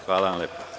Hvala vam lepo.